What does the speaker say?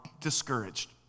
discouraged